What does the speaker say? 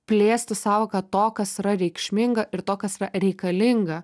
plėsti sąvoką to kas yra reikšminga ir to kas yra reikalinga